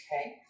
Okay